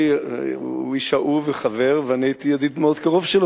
הוא איש אהוב וחבר,